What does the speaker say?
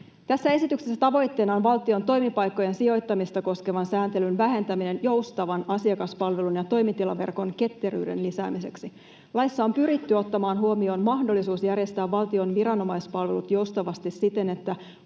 Tässä esityksessä tavoitteena on valtion toimipaikkojen sijoittamista koskevan sääntelyn vähentäminen joustavan asiakaspalvelun ja toimitilaverkon ketteryyden lisäämiseksi. Laissa on pyritty ottamaan huomioon mahdollisuus järjestää valtion viranomaispalvelut joustavasti siten, että